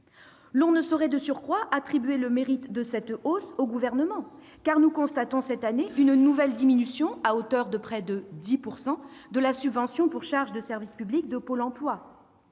L'on ne saurait de surcroît attribuer le mérite de cette hausse au Gouvernement, car nous constatons cette année une nouvelle diminution, à hauteur de près de 10 %, de la subvention pour charges de service public de Pôle emploi.